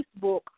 Facebook